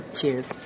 Cheers